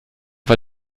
war